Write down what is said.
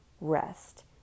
rest